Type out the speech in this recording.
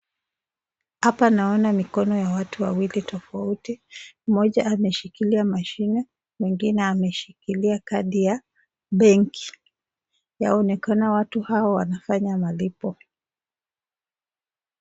Apa naona mikono ya watu wawili tofauti, mmoja ameshikilia mashini mwingine ameshikilia kadi ya benki .Yanaonekana watu hawa wanafanya malipo.